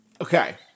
Okay